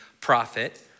prophet